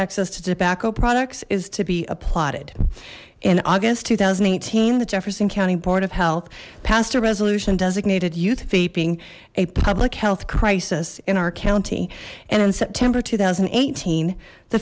access to tobacco products is to be applauded in august two thousand eighteen the jefferson county board of health passed a resolution designated youth beeping a public health crisis in our county and in september two thousand and eighteen the